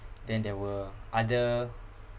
then there were other